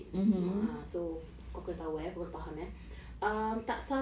untuk menerima